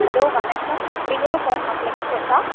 hello வணக்கம் Priya home அப்ளையன்சஸ்ஸா